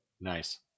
Nice